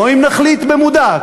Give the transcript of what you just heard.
או אם נחליט במודע,